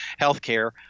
healthcare